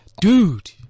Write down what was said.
Dude